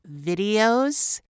videos